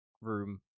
room